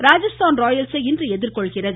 ராஜஸ்தான் ராயல்ஸை இன்று எதிர்கொள்கிறது